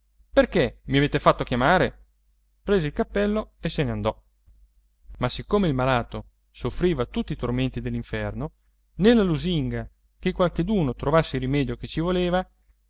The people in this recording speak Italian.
perché mi avete fatto chiamare prese il cappello e se ne andò ma siccome il malato soffriva tutti i tormenti dell'inferno nella lusinga che qualcheduno trovasse il rimedio che ci voleva